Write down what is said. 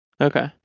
Okay